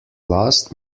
last